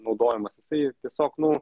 naudojimas jisai tiesiog nu